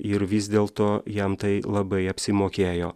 ir vis dėlto jam tai labai apsimokėjo